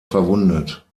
verwundet